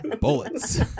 bullets